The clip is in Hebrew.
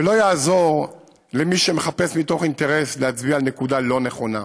ולא יעזור למי שמחפש מתוך אינטרס להצביע על נקודה לא נכונה,